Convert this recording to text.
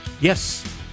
Yes